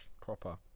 proper